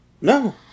no